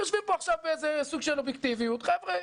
יושבים פה עכשיו בסוג של אובייקטיביות 'חבר'ה,